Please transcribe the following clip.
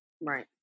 Right